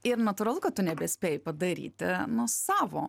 ir natūralu kad tu nebespėji padaryti nu savo